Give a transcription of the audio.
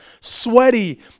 Sweaty